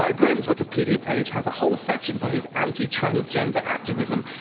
ah graham's wikipedia page has a whole section for his anti-transgender activism,